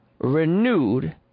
renewed